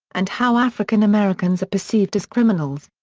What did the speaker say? and how african americans are perceived as criminals.